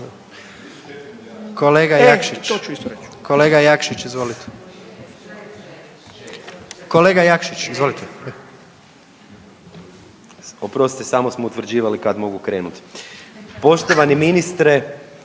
**Jakšić, Mišel (SDP)** Oprostite samo smo utvrđivali kad mogu krenut. Poštovani ministre.